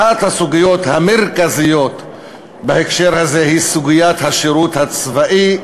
אחת הסוגיות המרכזיות בהקשר הזה היא סוגיית השירות הצבאי,